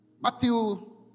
Matthew